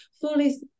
fully